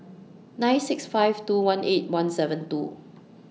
nine seven six five two one eight one seven two